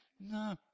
No